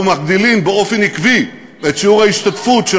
אנחנו מגדילים באופן עקבי את שיעור ההשתתפות של